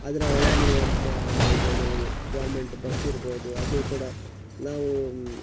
ಅದರ ಒಳಗಿರುವಂತಹ ಈಗ ನಮಗೆ ಗೌರ್ಮೆಂಟ್ ಬಸ್ ಇರ್ಬೋದು ಅದು ಕೂಡ ನಾವು